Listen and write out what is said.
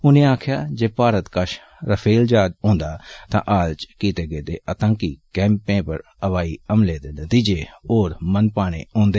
उनें आक्खेआ जे भारत कष राफ़ेल जहाज होंदा तां हाल च कीते गेदे आतंकी कैम्पें पर हवाई हमलें दे नतीजे होर मनभान्दे होन्दे